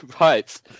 Right